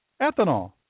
Ethanol